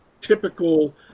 typical